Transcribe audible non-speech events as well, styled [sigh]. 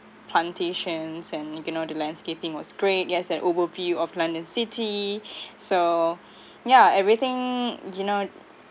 plantations and you can know the landscaping was great it has an overview of london city [breath] so yeah everything you know